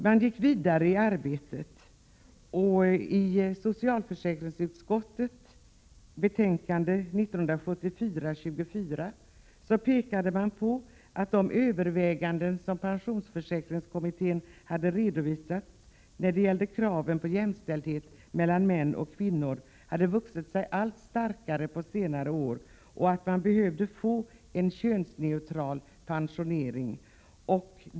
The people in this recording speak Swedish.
Man gick vidare i arbetet, och i socialförsäkringsutskottets betänkande 1974:24 pekade man på att de överväganden som pensionsförsäkringskommittén hade redovisat när det gällde kravet på jämställdhet mellan män och kvinnor hade vuxit sig allt starkare på senare år. Man behövde få en könsneutral pensionering.